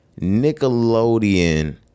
Nickelodeon